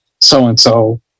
so-and-so